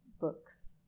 books